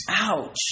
Ouch